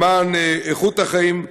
למען איכות חייהם ורווחתם,